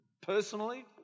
personally